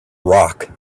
rock